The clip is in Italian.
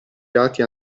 dati